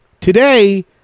Today